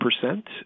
percent